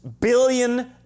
billion